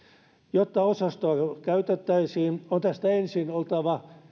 jotta osastoa käytettäisiin on tästä ensin oltava